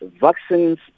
vaccines